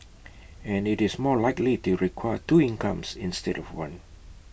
and IT is more likely to require two incomes instead of one